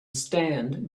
stand